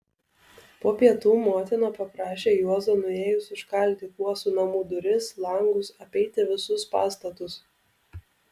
po pietų motina paprašė juozą nuėjus užkalti kuosų namų duris langus apeiti visus pastatus